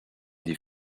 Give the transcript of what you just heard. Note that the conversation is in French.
des